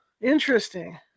Interesting